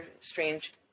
strange